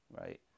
right